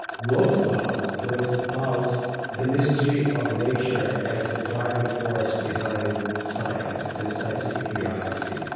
wrote about was about the mystery of nature as the driving force behind science and scientific curiosity.